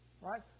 right